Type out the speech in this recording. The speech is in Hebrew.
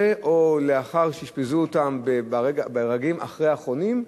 או לאחר שאשפזו אותם ברגעים האחרי-אחרונים,